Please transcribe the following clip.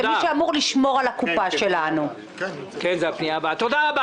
הפנייה נועדה לתגבר את תקציב משרד התקשורת בסך של 15,000 אלפי שקלים,